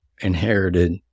inherited